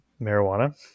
marijuana